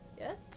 yes